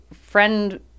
friend